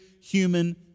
human